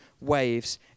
waves